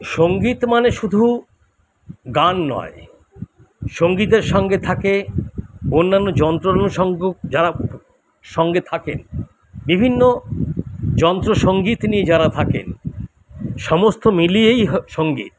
সঙ্গীত মানে শুধু গান নয় সঙ্গীতের সঙ্গে থাকে অন্যান্য যন্ত্র অনুষঙ্গ যারা সঙ্গে থাকেন বিভিন্ন যন্ত্র সঙ্গীত নিয়ে যারা থাকেন সমস্ত মিলিয়েই হ সঙ্গীত